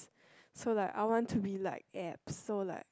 so like I want to be like abs so like